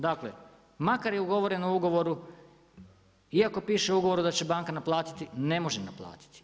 Dakle, makar je u ugovorenim ugovoru, iako piše u ugovoru da će banka naplatiti, ne može naplatiti.